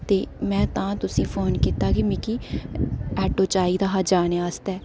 ते में तां तुसेंगी फोन कीता ऐ कि मिगी आटो चाहिदा हा जाने आस्तै